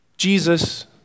Jesus